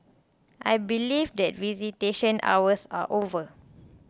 I believe that visitation hours are over